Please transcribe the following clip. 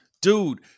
Dude